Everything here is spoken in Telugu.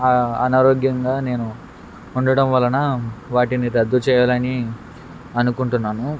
అనారోగ్యంగా నేను ఉండడం వలన వాటిని రద్దు చేయాలని అనుకుంటున్నాను